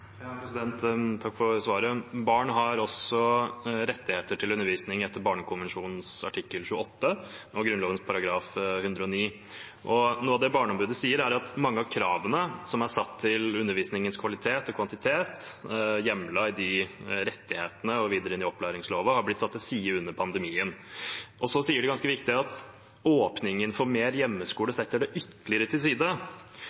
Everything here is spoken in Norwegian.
Takk for svaret. Barn har også rettigheter knyttet til undervisning etter barnekonvensjonen artikkel 28 og Grunnloven § 109. Noe av det Barneombudet sier, er at mange av kravene som er stilt til undervisningens kvalitet og kvantitet, hjemlet i de rettighetene og videre i opplæringsloven, er blitt satt til side under pandemien. Så sier de noe ganske viktig, at åpningen for mer